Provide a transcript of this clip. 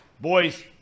boys